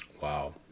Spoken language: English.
Wow